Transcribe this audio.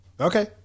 Okay